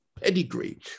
pedigree